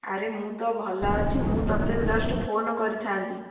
ଆରେ ମୁଁ ତ ଭଲ ଅଛି ମୁଁ ତୋତେ ବି ଜଷ୍ଟ୍ ଫୋନ୍ କରିଥାନ୍ତି